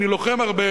ואני לוחם הרבה,